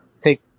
take